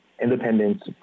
Independence